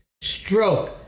Stroke